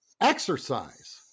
exercise